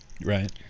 Right